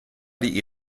die